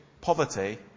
Poverty